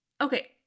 Okay